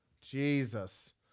Jesus